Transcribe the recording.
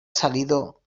salido